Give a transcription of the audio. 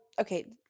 okay